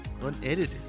unedited